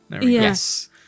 Yes